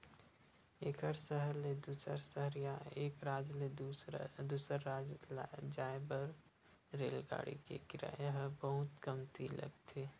एक सहर ले दूसर सहर या एक राज ले दूसर राज जाए बर रेलगाड़ी के किराया ह बहुते कमती लगथे